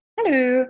Hello